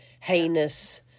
heinous